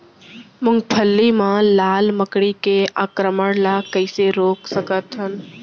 मूंगफली मा लाल मकड़ी के आक्रमण ला कइसे रोक सकत हन?